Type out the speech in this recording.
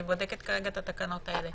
אני בודקת כרגע את התקנות האלה.